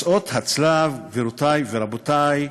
מסעות הצלב, גבירותי ורבותי.